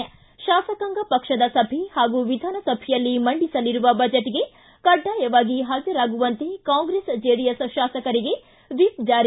ಿ ಶಾಸಕಾಂಗ ಪಕ್ಷದ ಸಭೆ ಹಾಗೂ ವಿಧಾನಸಭೆಯಲ್ಲಿ ಮಂಡಿಸಲಿರುವ ಬಜೆಟ್ಗೆ ಕಡ್ಲಾಯವಾಗಿ ಹಾಜರಾಗುವಂತೆ ಕಾಂಗ್ರೆಸ್ ಜೆಡಿಎಸ್ ಶಾಸಕರಿಗೆ ವಿಪ್ ಜಾರಿ